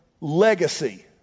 legacy